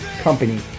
company